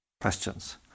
questions